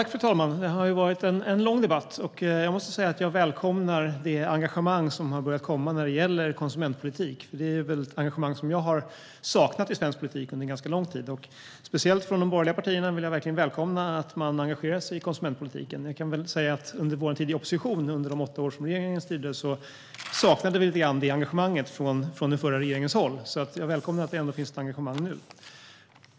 Fru talman! Det har varit en lång debatt, och jag måste säga att jag välkomnar det engagemang som har börjat komma när det gäller konsumentpolitik. Det är nämligen ett engagemang jag har saknat i svensk politik under ganska lång tid. Speciellt från de borgerliga partierna vill jag verkligen välkomna att man engagerar sig i konsumentpolitiken. Under vår tid i opposition, alltså under de åtta år den förra regeringen styrde, kan jag väl säga att vi lite grann saknade det engagemanget från regeringens håll. Jag välkomnar alltså att det finns ett engagemang nu.